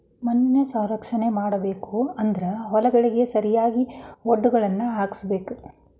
ಮಣ್ಣಿನ ಸಂರಕ್ಷಣೆ ಮಾಡಬೇಕು ಅಂದ್ರ ಹೊಲಗಳಿಗೆ ಸರಿಯಾಗಿ ವಡ್ಡುಗಳನ್ನಾ ಹಾಕ್ಸಬೇಕ